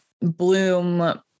Bloom